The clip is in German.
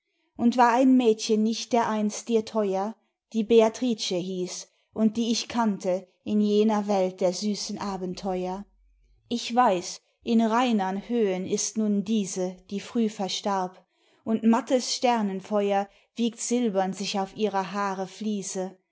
und war ein mädchen nicht dereinst dir teuer die beatrice hieß und die ich kannte in jener welt der süßen abenteuer ich weiß in reinern höhen ist nun diese die früh verstarb und mattes sternenfeuer wiegt silbern sich auf ihrer haare vliese